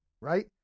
Right